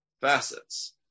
facets